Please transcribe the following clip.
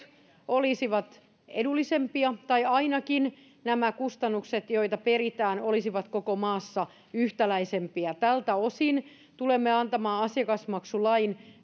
olisivat edullisempia tai ainakin nämä kustannukset joita peritään olisivat koko maassa yhtäläisempiä tältä osin tulemme antamaan asiakasmaksulain